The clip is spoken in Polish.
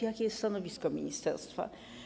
Jakie jest stanowisko ministerstwa?